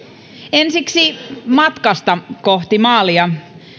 ensiksi matkasta kohti maalia